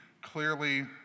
clearly